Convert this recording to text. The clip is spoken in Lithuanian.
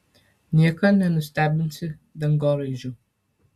nieko nenustebinsi dangoraižiu